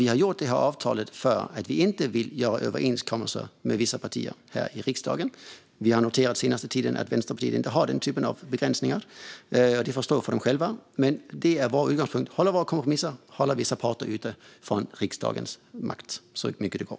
Vi har slutit det här avtalet för att vi inte vill göra överenskommelser med vissa partier här i riksdagen. Vi har på senaste tiden noterat att Vänsterpartiet inte har den typen av begränsningar, men det får stå för dem. Vår utgångspunkt är dock att vi håller våra kompromisser och att vi vill hålla vissa parter borta från riksdagens makt så mycket det går.